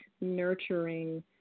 nurturing